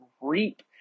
reap